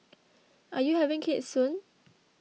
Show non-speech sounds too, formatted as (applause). (noise) are you having kids soon